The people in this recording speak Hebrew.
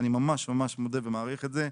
אני ממש ממש מודה ומעריך את זה.